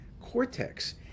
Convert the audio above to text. cortex